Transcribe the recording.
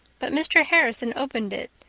but mr. harrison opened it,